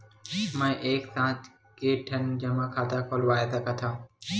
मैं एक साथ के ठन जमा खाता खुलवाय सकथव?